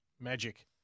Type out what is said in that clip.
Magic